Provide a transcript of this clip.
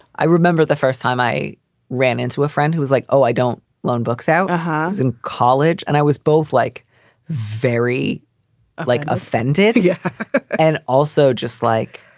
i remember the first time i ran into a friend who was like, oh, i don't loan books out house in college. and i was both like very like offended. yeah and also just like,